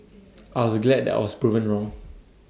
I was glad that I was proven wrong